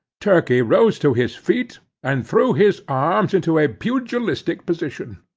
turkey rose to his feet and threw his arms into a pugilistic position.